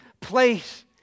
place